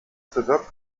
bewirkt